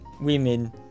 Women